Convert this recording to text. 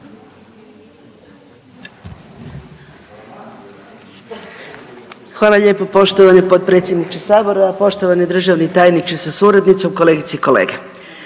Hvala lijepo poštovani potpredsjedniče sabora, poštovani državni tajniče sa suradnicom, kolegice i kolege.